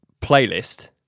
playlist